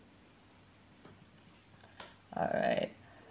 alright